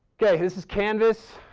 okay. this is canvas.